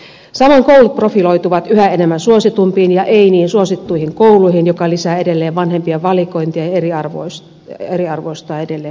samoin koulut profiloituvat yhä enemmän suositumpiin ja ei niin suosittuihin kouluihin mikä lisää edelleen vanhempien valikointia ja eriarvoistaa edelleen kouluja